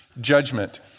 judgment